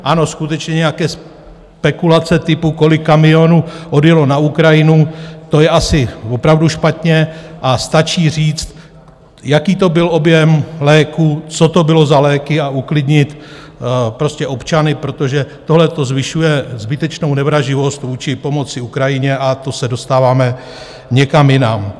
Ano, skutečně nějaké spekulace typu kolik kamionů odjelo na Ukrajinu, to je asi opravdu špatně, a stačí říct, jaký to byl objem léků, co to bylo za léky, a uklidnit prostě občany, protože tohle zvyšuje zbytečnou nevraživost vůči pomoci Ukrajině a to se dostáváme někam jinam.